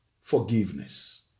forgiveness